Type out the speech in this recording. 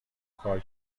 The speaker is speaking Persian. کار